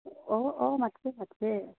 অঁ অঁ মাতছে মাতছে